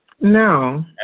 No